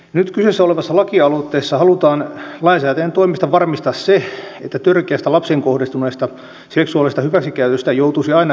nyt kyseessä olevassa lakialoitteessa halutaan lainsäätäjän toimesta varmistaa se että törkeästä lapseen kohdistuneesta seksuaalisesta hyväksikäytöstä joutuisi aina ehdottomaan vankeuteen